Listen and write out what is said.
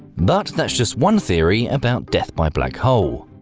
but that's just one theory about death by black hole.